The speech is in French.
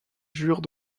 jure